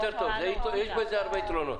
זה יותר טוב, יש בזה הרבה יתרונות.